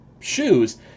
shoes